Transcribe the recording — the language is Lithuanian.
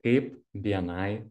kaip bni